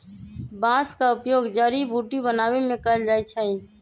बांस का उपयोग जड़ी बुट्टी बनाबे में कएल जाइ छइ